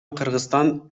кыргызстан